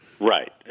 Right